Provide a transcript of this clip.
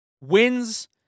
wins